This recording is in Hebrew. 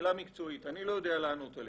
שאלה מקצועית ואני לא יודע לענות עליה.